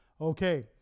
Okay